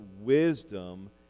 wisdom